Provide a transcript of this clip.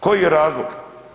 Koji je razlog?